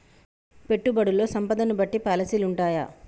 పెట్టుబడుల్లో సంపదను బట్టి పాలసీలు ఉంటయా?